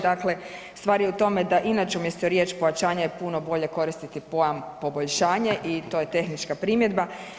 Dakle, stvar je u tome da inače umjesto riječ pojačanja je puno bolje koristiti pojam poboljšanje i to je tehnička primjedba.